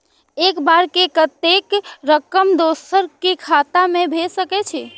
एक बार में कतेक रकम दोसर के खाता में भेज सकेछी?